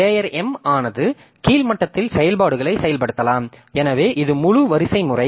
layer M ஆனது கீழ் மட்டத்தில் செயல்பாடுகளைச் செயல்படுத்தலாம் எனவே இது முழு வரிசைமுறை